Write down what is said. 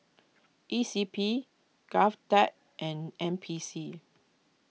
E C P Govtech and N P C